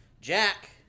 Jack